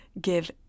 give